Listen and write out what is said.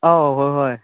ꯑꯧ ꯍꯣꯏ ꯍꯣꯏ